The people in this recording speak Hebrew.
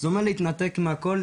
זה אומר להתנתק מהכל,